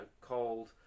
cold